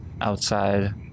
outside